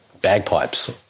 bagpipes